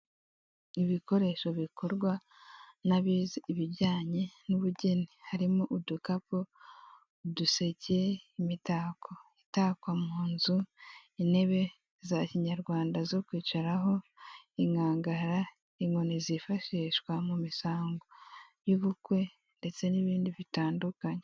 Ibikoresho bikorwa n'abize ibijyanye n'umugeni. Harimo udukapu, uduseke, imitako itakwa mu nzu, intebe za kinyarwanda zo kwicaraho, inkangara, inkoni zifashishwa mu misango y'ubukwe, ndetse n'ibindi bitandukanye.